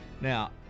Now